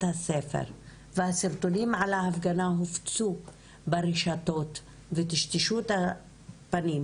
הספר והסרטונים על ההפגנה הופצו ברשתות וטשטשו את הפנים,